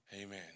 Amen